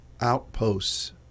outposts